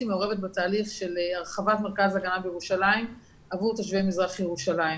מעורבת בתהליך של הרחבת מרכז הגנה בירושלים עבור תושבי מזרח ירושלים.